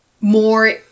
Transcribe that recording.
more